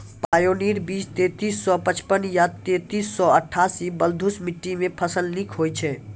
Pioneer बीज तेंतीस सौ पचपन या तेंतीस सौ अट्ठासी बलधुस मिट्टी मे फसल निक होई छै?